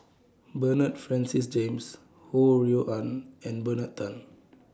Bernard Francis James Ho Rui An and Bernard Tan